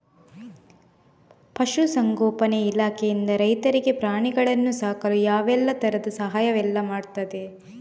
ಪಶುಸಂಗೋಪನೆ ಇಲಾಖೆಯಿಂದ ರೈತರಿಗೆ ಪ್ರಾಣಿಗಳನ್ನು ಸಾಕಲು ಯಾವ ತರದ ಸಹಾಯವೆಲ್ಲ ಮಾಡ್ತದೆ?